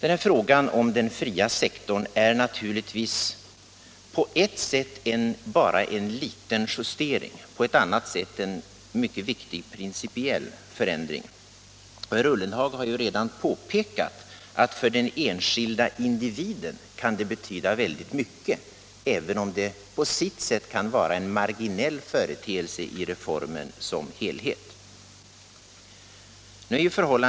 När det gäller den fria sektorn är det naturligtvis på ett sätt bara fråga om en liten justering, men på ett annat sätt en mycket viktig principiell | förändring. Herr Ullenhag har redan påpekat att det för den enskilda | individen kan betyda väldigt mycket, även om det på sitt sätt kan vara en marginell företeelse i reformen som helhet.